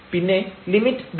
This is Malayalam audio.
പിന്നെ ലിമിറ്റ് ΔzdzΔρ